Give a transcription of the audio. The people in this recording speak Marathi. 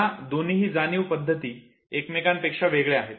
या दोन्हीही जाणीव पद्धती एकमेकां पेक्षा वेगळ्या आहेत